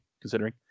considering